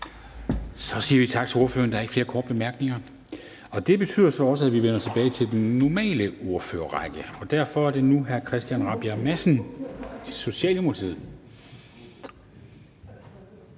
Så siger vi tak til ordføreren. Der er ikke flere korte bemærkninger, og det betyder så også, at vi vender tilbage til den normale ordførerrække. Derfor er det nu hr. Christian Rabjerg Madsen, Socialdemokratiet.